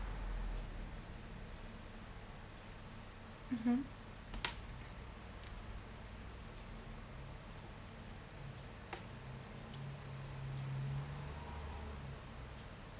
mmhmm